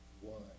one